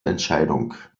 entscheidung